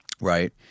Right